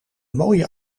mooie